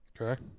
Okay